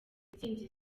intsinzi